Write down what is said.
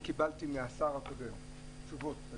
אני קיבלתי מהשר הקודם תשובות.